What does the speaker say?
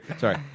Sorry